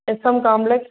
S M complex